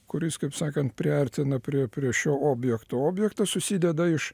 kuris kaip sakant priartina prie prie šio objekto objektas susideda iš